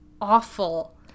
awful